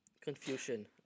Confusion